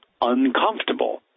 uncomfortable